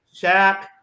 Shaq